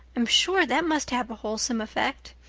i'm sure that must have a wholesome effect.